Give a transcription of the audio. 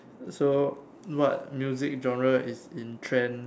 so what music genre is in trend